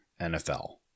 NFL